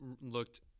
looked